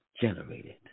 generated